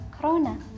Corona